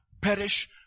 perish